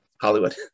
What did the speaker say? Hollywood